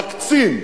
להקצין,